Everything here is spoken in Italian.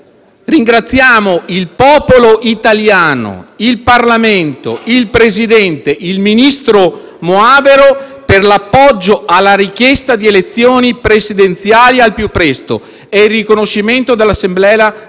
«Ringraziamo il popolo italiano, il Parlamento, il presidente Mattarella ed il ministro Moavero per l'appoggio alla richiesta di elezioni presidenziali al più presto e il riconoscimento dell'Assemblea